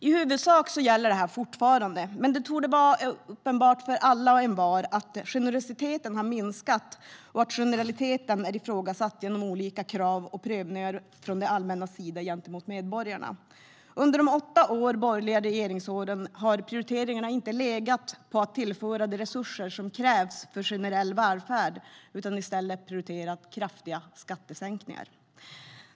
I huvudsak gäller detta fortfarande. Men det torde vara uppenbart för alla och envar att generositeten har minskat och att generaliteten är ifrågasatt genom olika krav på prövningar från det allmännas sida gentemot medborgarna. Under de åtta borgerliga regeringsåren har prioriteringarna inte legat på att tillföra de resurser som krävs för generell välfärd utan i stället legat på kraftiga skattesänkningar.